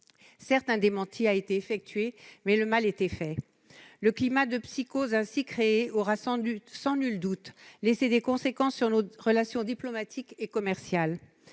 Certes, un démenti a été effectué, mais le mal était fait. Le climat de psychose ainsi créé aura sans nul doute laissé des conséquences sur nos relations diplomatiques et commerciales.